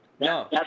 No